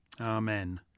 Amen